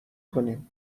کنیم